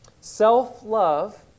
Self-love